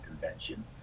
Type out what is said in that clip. convention